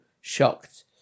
shocked